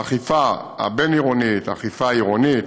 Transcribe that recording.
האכיפה הבין-עירונית, האכיפה העירונית,